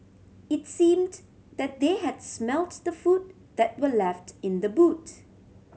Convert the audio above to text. it seemed that they had smelt the food that were left in the boot